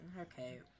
Okay